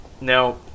Now